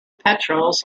petrels